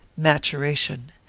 maturation.